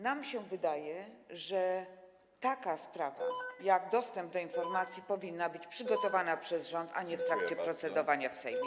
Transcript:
Nam się wydaje, że taka sprawa jak dostęp do informacji powinna być przygotowana przez rząd, a nie w trakcie procedowania w Sejmie.